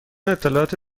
اطلاعات